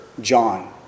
John